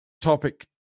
topic